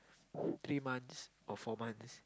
three months or four months